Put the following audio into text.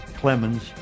Clemens